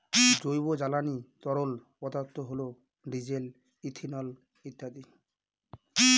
জৈব জ্বালানি তরল পদার্থ হল ডিজেল, ইথানল ইত্যাদি